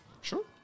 Sure